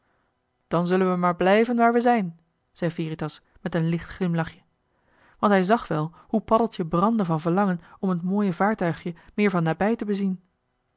dan zullen we maar blijven waar we zijn zei veritas met een licht glimlachje want hij zag wel hoe paddeltje brandde van verlangen om t mooie vaartuigje meer van nabij te bezien